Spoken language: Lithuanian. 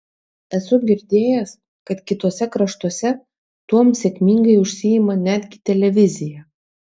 esu girdėjęs kad kituose kraštuose tuom sėkmingai užsiima netgi televizija